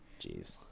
Jeez